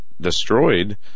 destroyed